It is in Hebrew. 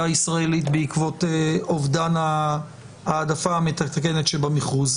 הישראלית בעקבות אובדן ההעדפה המתקנת שבמכרוז,